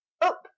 up